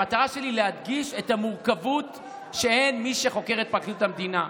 המטרה שלי היא להדגיש את המורכבות שאין מי שחוקר את פרקליט המדינה.